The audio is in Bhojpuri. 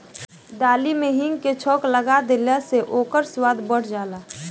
दाली में हिंग के छौंका लगा देहला से ओकर स्वाद बढ़ जाला